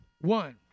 One